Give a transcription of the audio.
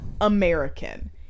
American